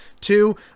two